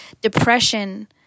depression